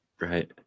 Right